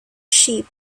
sheep